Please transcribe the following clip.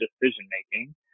decision-making